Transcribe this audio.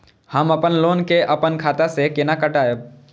हम अपन लोन के अपन खाता से केना कटायब?